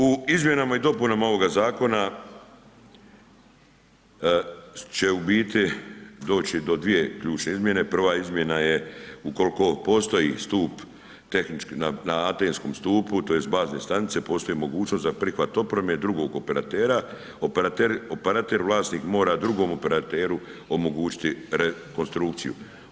U izmjenama i dopunama ovoga zakona će u biti doći do dvije ključne izmjene, prva izmjena je ukoliko postoji stup tehnički, na atenskom stupu, tj. bazne stanice, postoji mogućnost da prihvat opreme drugog operatera, operater vlasnik mora drugom operateru omogućiti rekonstrukciju.